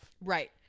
Right